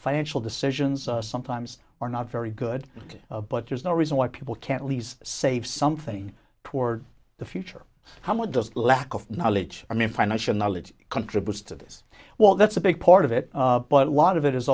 financial decisions sometimes are not very good but there's no reason why people can't least save something toward the future how much does a lack of knowledge i mean financial knowledge contributes to this well that's a big part of it but a lot of it is